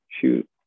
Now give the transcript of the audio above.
shoot